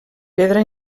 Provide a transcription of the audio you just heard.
pedra